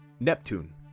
Neptune